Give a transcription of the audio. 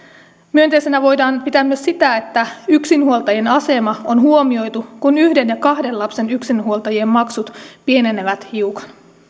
myönteisenä voidaan pitää myös sitä että yksinhuoltajan asema on huomioitu kun yhden ja kahden lapsen yksinhuoltajien maksut pienenevät hiukan